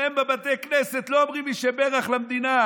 אצלם בבתי הכנסת לא אומרים מי שבירך למדינה,